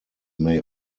may